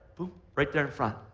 right there in front.